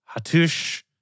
Hatush